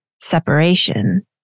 separation